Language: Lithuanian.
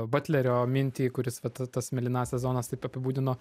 batlerio mintį kuris vat tas mėlynąsias zonas taip apibūdino